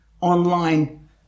online